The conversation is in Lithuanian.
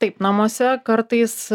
taip namuose kartais